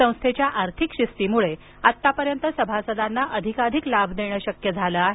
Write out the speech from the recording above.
संस्थेच्या आर्थिक शिस्तीमुळे आत्तापर्यंत सभासदांना अधिकाधिक लाभ देणं शक्य झालं आहे